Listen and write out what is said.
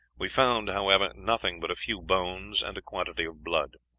we found, however, nothing but a few bones and a quantity of blood.